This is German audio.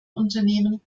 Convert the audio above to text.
unternehmen